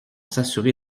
s’assurer